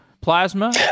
plasma